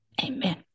amen